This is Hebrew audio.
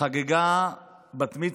חגגה בת-מצווה.